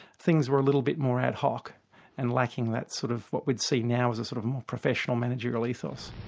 things were a little bit more ad hoc and lacking that sort of what we'd see now as a sort of more professional managerial ethos.